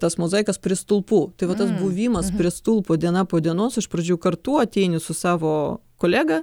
tas mozaikas prie stulpų tai va tas buvimas prie stulpo diena po dienos iš pradžių kartu ateini su savo kolega